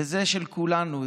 וזה של כולנו,